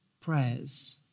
prayers